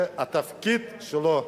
זה התפקיד שלו.